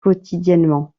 quotidiennement